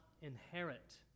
inherit